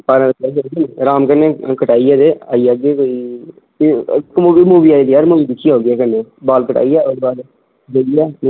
बारह इक बजे चलगे अराम कन्ने कटाइये ते आई जाह्गे कोई मूवी मूवी आई दी यार मूवी दिक्खी आगे कन्ने बाल कटाइये ओह्दे बाद